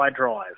iDrive